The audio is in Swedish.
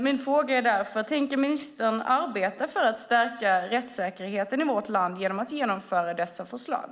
Min fråga är därför: Tänker ministern arbeta för att stärka rättssäkerheten i vårt land genom att genomföra dessa förslag?